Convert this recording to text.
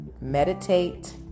meditate